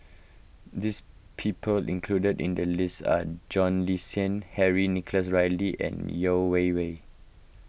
this people included in the list are John Le Cain Henry Nicholas Ridley and Yeo Wei Wei